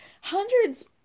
hundreds